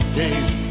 days